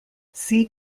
see